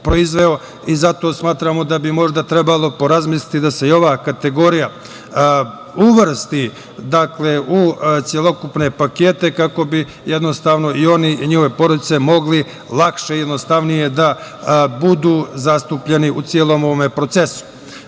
kovida. Zato smatramo da bi trebalo porazmisliti da se i ova kategorija uvrsti u celokupne pakete kako bi i oni i njihove porodice mogli lakše i jednostavnije da budu zastupljeni u celom ovom procesu. Kao